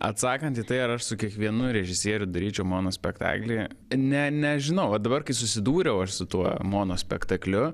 atsakant į tai ar aš su kiekvienu režisieriu daryčiau monospektaklį ne nežinau o dabar kai susidūriau aš su tuo monospektakliu